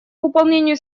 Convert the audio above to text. выполнению